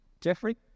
jeffrey